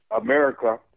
America